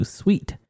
sweet